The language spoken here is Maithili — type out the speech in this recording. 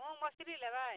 मूंग मसुरी लेबै